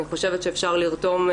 אני חושבת שאפשר לרתום,